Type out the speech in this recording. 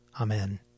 Amen